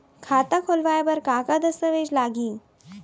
खाता खोलवाय बर का का दस्तावेज लागही?